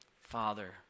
Father